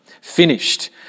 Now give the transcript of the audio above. finished